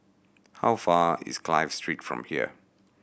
how far is Clive Street from here